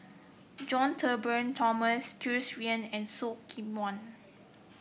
John Turnbull Thomson Tsung Yeh and Khoo Seok Wan